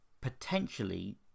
potentially